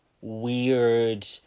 weird